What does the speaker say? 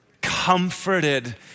comforted